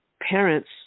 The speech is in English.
parents